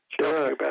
Sure